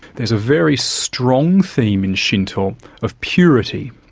there's a very strong theme in shinto of purity.